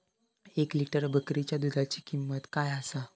एक लिटर बकरीच्या दुधाची किंमत काय आसा?